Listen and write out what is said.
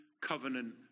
covenant